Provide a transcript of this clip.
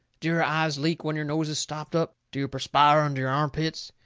do your eyes leak when your nose is stopped up? do you perspire under your arm pits?